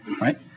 right